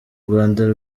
rwanda